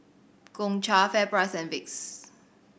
Gongcha FairPrice and Vicks